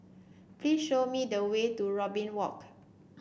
please show me the way to Robin Walk